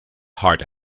heart